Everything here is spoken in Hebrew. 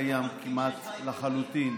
למשל, דבר שאצלנו לא קיים כמעט, השר, לחלוטין,